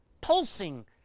pulsing